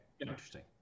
interesting